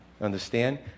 Understand